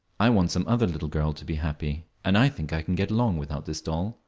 i want some other little girl to be happy, and i think i can get along without this doll,